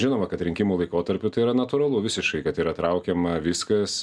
žinoma kad rinkimų laikotarpiu tai yra natūralu visiškai kad yra traukiama viskas